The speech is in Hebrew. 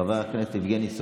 חבר הכנסת רם בן ברק,